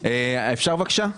אפשר, בבקשה?